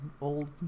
old